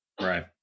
Right